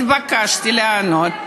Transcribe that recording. התבקשתי לענות.